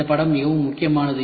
இந்த படம் மிகவும் முக்கியமானது